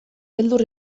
beldur